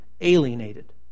alienated